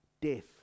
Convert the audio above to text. Death